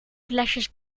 flesjes